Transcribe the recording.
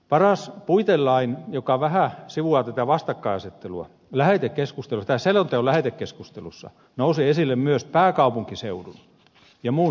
paras puitelain joka vähän sivuaa tätä vas takkainasettelua selonteon lähetekeskustelussa nousi esille myös pääkaupunkiseudun ja muun suomen vastakkainasettelu